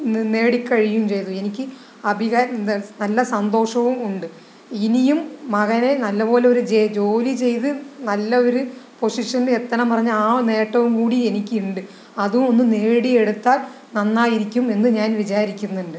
നേടി കഴിയുകയും ചെയ്തു എനിക്ക് നല്ല സന്തോഷവും ഉണ്ട് ഇനിയും മകനെ നല്ല പോലൊരു ജോലി ചെയ്ത് നല്ല ഒര് പൊസിഷനില് എത്തണം പറഞ്ഞ ആ നേട്ടവും കൂടി എനിക്ക് ഉണ്ട് അതും ഒന്ന് നേടി എടുത്താൽ നന്നായിരിക്കും എന്ന് ഞാൻ വിചാരിക്കുന്നുണ്ട്